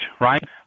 right